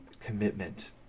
commitment